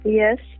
Yes